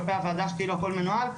כלפי הוועדה שכאילו הכול מנוהל.